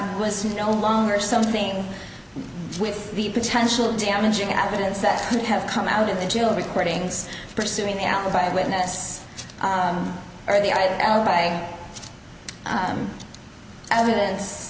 was no longer something with the potential damaging evidence that could have come out at the jail recordings pursuing the alibi witness or the odd alibi evidence